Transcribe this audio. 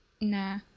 nah